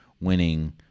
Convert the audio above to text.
winning